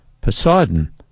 Poseidon